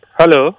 Hello